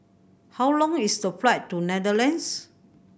how long is the flight to Netherlands